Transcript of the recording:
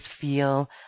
feel